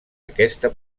aquesta